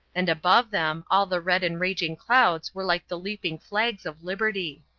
and above them all the red and raging clouds were like the leaping flags of liberty.